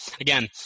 Again